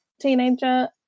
teenager